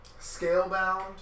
Scalebound